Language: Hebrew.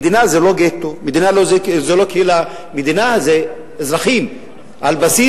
מדינה זה לא גטו, מדינה זה לא קהילה.